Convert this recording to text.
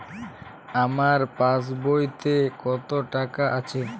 আমার পাসবইতে কত টাকা আছে?